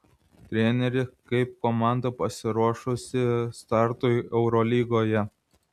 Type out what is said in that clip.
treneri kaip komanda pasiruošusi startui eurolygoje